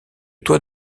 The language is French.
toit